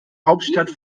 hauptstadt